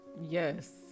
Yes